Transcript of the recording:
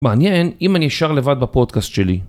מעניין אם אני אשאר לבד בפודקאסט שלי.